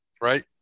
Right